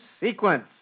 sequence